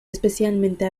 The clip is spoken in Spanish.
especialmente